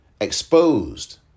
exposed